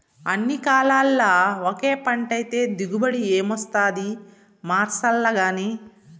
అన్ని కాలాల్ల ఒకే పంటైతే దిగుబడి ఏమొస్తాది మార్సాల్లగానీ